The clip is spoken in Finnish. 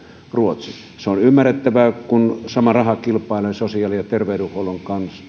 ruotsi se on ymmärrettävää kun sama raha kilpailee sosiaali ja terveydenhuollon